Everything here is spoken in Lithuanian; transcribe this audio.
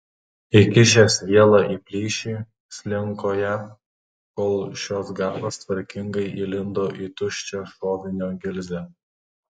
įkišęs vielą į plyšį slinko ją kol šios galas tvarkingai įlindo į tuščią šovinio gilzę